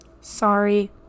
Sorry